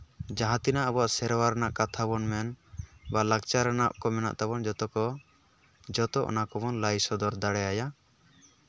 ᱡᱟᱦᱟᱸ ᱛᱤᱱᱟᱹᱜ ᱟᱵᱚᱣᱟᱜ ᱥᱮᱨᱣᱟ ᱨᱮᱱᱟᱜ ᱠᱟᱛᱷᱟ ᱵᱚᱱ ᱢᱮᱱ ᱵᱟ ᱞᱟᱠᱪᱟᱨ ᱨᱮᱱᱟᱜ ᱠᱚ ᱢᱮᱱᱟᱜ ᱛᱟᱵᱚᱱ ᱡᱚᱛᱚ ᱠᱚ ᱡᱚᱛᱚ ᱚᱱᱟ ᱠᱚᱵᱚᱱ ᱞᱟᱹᱭ ᱥᱚᱫᱚᱨ ᱫᱟᱲᱮ ᱟᱭᱟ